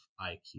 IQ